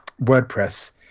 wordpress